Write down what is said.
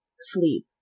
sleep